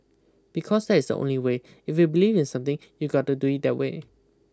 because that is the only way if you believe in something you got to do it that way